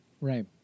Right